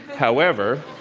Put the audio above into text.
however,